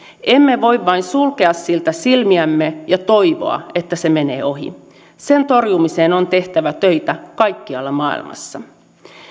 emme voi vain sulkea siltä silmiämme ja toivoa että se menee ohi sen torjumiseen on tehtävä töitä kaikkialla maailmassa